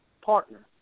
partner